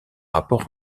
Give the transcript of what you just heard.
rapport